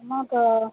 मग